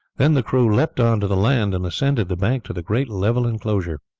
then the crew leapt on to the land and ascended the bank to the great level inclosure.